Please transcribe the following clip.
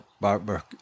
Barber